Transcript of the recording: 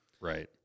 Right